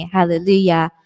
Hallelujah